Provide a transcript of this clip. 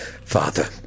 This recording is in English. father